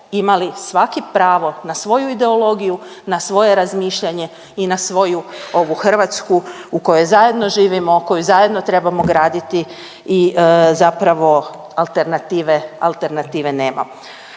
imali svaki pravo na svoju ideologiju na svoje razmišljanje i na svoju ovu Hrvatsku u kojoj zajedno živimo, koju zajedno trebamo graditi i zapravo alternative,